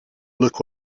look